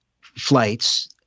flights